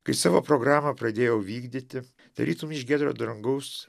kai savo programą pradėjau vykdyti tarytum iš giedro dangaus